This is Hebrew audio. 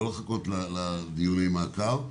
ולא לחכות לדיוני המעקב,